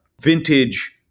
vintage